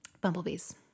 Bumblebees